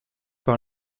par